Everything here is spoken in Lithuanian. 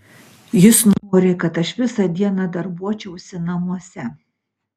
jis nori kad aš visą dieną darbuočiausi namuose